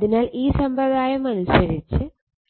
അതിനാൽ ഈ സമ്പ്രദായം അനുസരിച്ച്